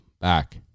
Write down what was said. back